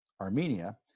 Armenia